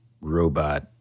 robot